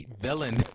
villain